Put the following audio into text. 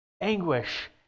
Anguish